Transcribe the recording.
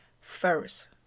First